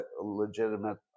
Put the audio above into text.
legitimate